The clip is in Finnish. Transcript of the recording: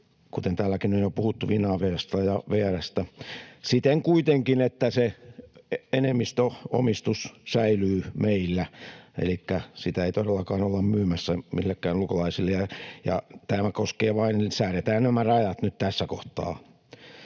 kuten täälläkin on jo puhuttu Finaviasta ja VR:stä — kuitenkin siten, että se enemmistöomistus säilyy meillä, elikkä sitä ei todellakaan olla myymässä millekään ulkolaisille. Tämä koskee vain sitä, että säädetään nämä rajat nyt tässä kohtaa.